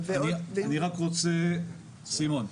סימון,